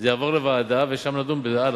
זה יעבור לוועדה, ושם נדון בזה הלאה.